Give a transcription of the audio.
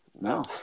no